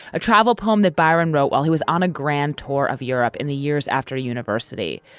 a travel poem that byron wrote while he was on a grand tour of europe in the years after university,